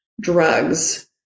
drugs